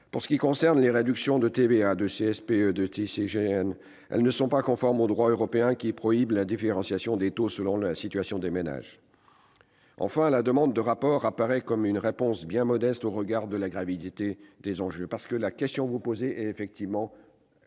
fond. En outre, les réductions de TVA, de CSPE et de TICGN ne sont pas conformes au droit européen qui prohibe la différenciation des taux selon la situation des ménages. Enfin, la demande de rapport apparaît comme une réponse bien modeste au regard de la gravité des enjeux. Pour autant, la question qui est posée est très